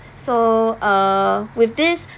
so err with this